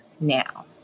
now